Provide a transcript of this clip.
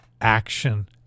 action